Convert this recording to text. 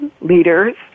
leaders